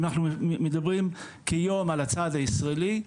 אם אנחנו מדברים כיום על הצד הישראלי,